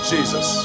Jesus